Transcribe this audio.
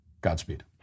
Godspeed